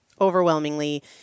overwhelmingly